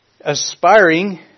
aspiring